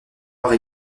noirs